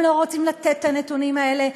הם לא רוצים לתת את הנתונים האלה,